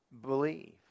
believe